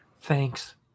Thanks